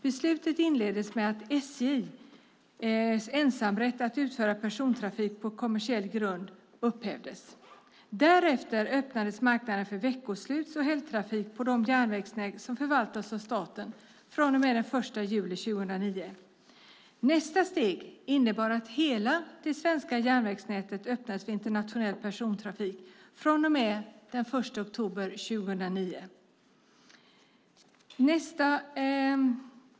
Beslutet inleddes med att SJ:s ensamrätt att utföra persontrafik på kommersiell grund upphävdes. Därefter öppnades marknaden för veckosluts och helgtrafik den 1 juli 2009 på de järnvägsnät som förvaltas av staten. Nästa steg innebar att hela det svenska järnvägsnätet öppnades för internationell persontrafik den 1 oktober 2009.